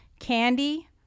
Candy